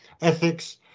Ethics